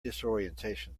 disorientation